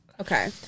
Okay